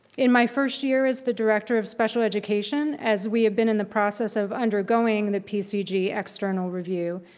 in my first year as the director of special education as we have been in the process of undergoing the pcg external review,